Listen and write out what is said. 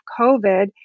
COVID